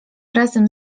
razem